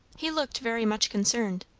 he looked very much concerned.